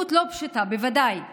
בוודאי,